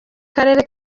karere